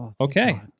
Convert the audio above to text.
Okay